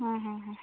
അ അ അ